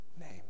name